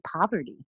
poverty